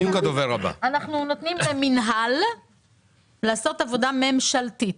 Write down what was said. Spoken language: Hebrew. אנחנו נותנים למינהל לעשות עבודה ממשלתית.